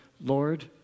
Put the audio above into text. Lord